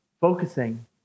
focusing